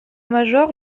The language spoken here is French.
major